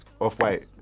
Off-White